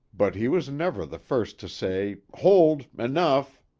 but he was never the first to say, hold enough!